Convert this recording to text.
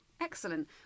Excellent